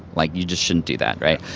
like you just shouldn't do that, right?